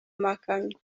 makamyo